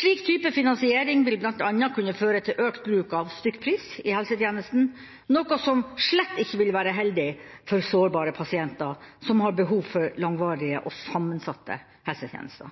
Slik type finansiering vil bl.a. kunne føre til økt bruk av stykkpris i helsetjenesten, noe som slett ikke vil være heldig for sårbare pasienter som har behov for langvarige og sammensatte helsetjenester.